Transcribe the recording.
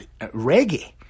reggae